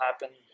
happen